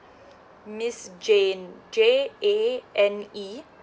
miss jane J A N E